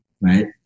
right